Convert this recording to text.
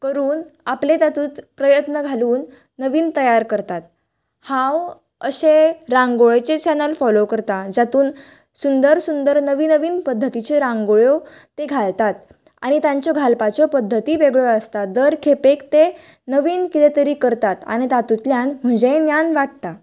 करून आपले तातून प्रयत्न घालून नवीन तयार करतात हांव अशे रांगोळेचे चॅनल फॉलो करता जातूंत सुंदर सुंदर नवी नवीन पद्धतिच्यो रांगोळ्यो ते घालतात आनी तांच्यो घालपाच्यो पद्धती वेगळ्यों आसतात दर खेपेक ते नवीन किदें तरी करतात आनी तातुंतल्यान म्हजेय ज्ञान वाडटा